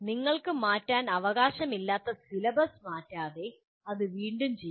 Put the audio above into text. നിങ്ങൾക്ക് മാറ്റാൻ അവകാശമില്ലാത്ത സിലബസ് മാറ്റാതെ അത് വീണ്ടും ചെയ്യുക